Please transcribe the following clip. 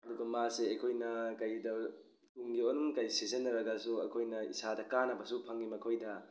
ꯑꯗꯨꯒ ꯃꯥꯁꯦ ꯑꯩꯈꯣꯏꯅ ꯀꯩꯗ ꯃꯅꯨꯡ ꯀꯩ ꯁꯤꯖꯤꯟꯅꯔꯒꯁꯨ ꯑꯩꯈꯣꯏꯅ ꯏꯁꯥꯗ ꯀꯥꯟꯅꯕꯁꯨ ꯐꯪꯉꯤ ꯃꯈꯣꯏꯗ